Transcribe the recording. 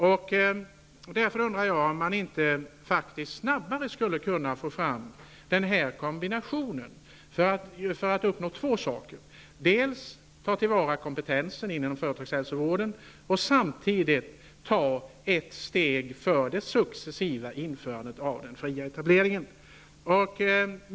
Jag undrar om det inte går att snabbare få fram denna kombination för att på så sätt kunna uppnå två saker: dels ta till vara kompetensen inom företagshälsovården, dels samtidigt ta ett steg för det successiva införandet av den fria etableringen.